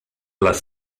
las